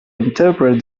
interpret